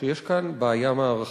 שיש כאן בעיה מערכתית,